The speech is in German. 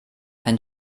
ein